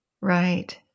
Right